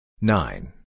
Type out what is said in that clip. nine